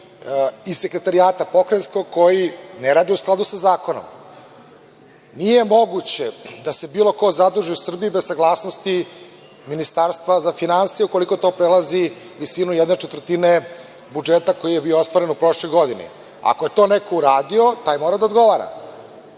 iz Sekretarijata pokrajinskog, koji ne rade u skladu sa zakonom. Nije moguće da se bilo ko zaduži u Srbiji bez saglasnosti Ministarstva za finansije, ukoliko to prelazi visinu ¼ budžeta koji je bio ostvaren u prošloj godini. Ako je to neko uradio taj mora da odgovara. Isto